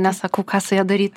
nesakau ką su ja daryt